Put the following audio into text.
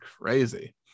Crazy